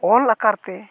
ᱚᱞ ᱟᱠᱟᱨᱛᱮ